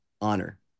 honor